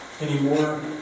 anymore